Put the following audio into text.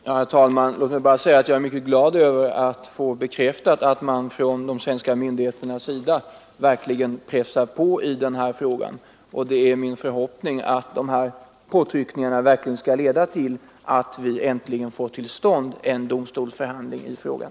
Herr talman! Låt mig bara säga att jag är glad över att få bekräftat att man från de svenska myndigheterna verkligen pressar på i denna fråga. Jag hoppas att dessa påtryckningar skall leda till att vi äntligen får en rättegång i frågan.